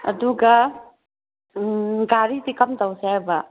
ꯑꯗꯨꯒ ꯒꯥꯔꯤꯗꯤ ꯀꯔꯝ ꯇꯧꯁꯦ ꯍꯥꯏꯕ꯭ꯔꯥ